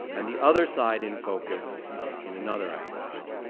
and the other side in focus in another acquisition.